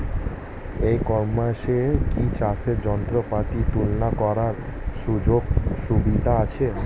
ই কমার্সে কি চাষের যন্ত্রপাতি তুলনা করার সুযোগ সুবিধা আছে?